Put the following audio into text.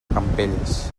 campelles